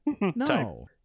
No